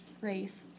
race